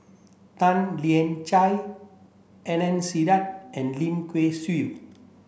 Tan Lian Chye Adnan Saidi and Lim Kay Siu